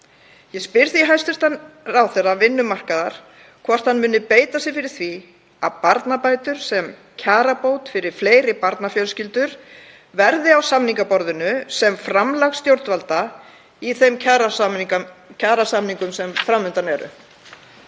Ég spyr því hæstv. ráðherra vinnumarkaðar hvort hann muni beita sér fyrir því að barnabætur sem kjarabót fyrir fleiri barnafjölskyldur verði á samningaborðinu sem framlag stjórnvalda í þeim kjarasamningum sem fram undan eru.